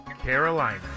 Carolina